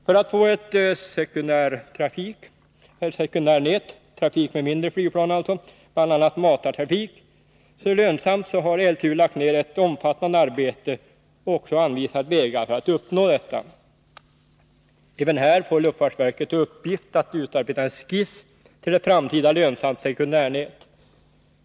För att få ett lönsamt sekundärnät — dvs. trafik med mindre flygplan, bl.a. matartrafik — har LTU lagt ned ett omfattande arbete och också anvisat vägar för att uppnå detta. Även här får luftfartsverket i uppgift att utarbeta en skiss till ett framtida lönsamt sekundärnät.